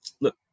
look